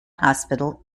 hospital